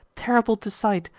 terrible to sight,